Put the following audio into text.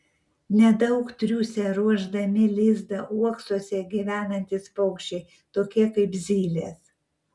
nedaug triūsia ruošdami lizdą uoksuose gyvenantys paukščiai tokie kaip zylės